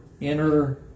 inner